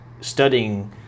studying